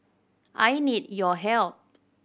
I need your help